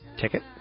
ticket